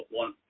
one